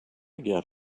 get